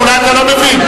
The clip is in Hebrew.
אולי אתה לא מבין.